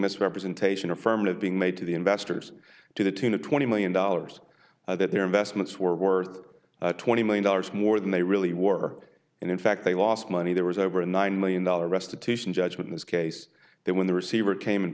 misrepresentation affirmative being made to the investors to the tune of twenty million dollars or that their investments were worth twenty million dollars more than they really work and in fact they lost money there was over a nine million dollars restitution judgment in this case that when the receiver came and